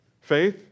Faith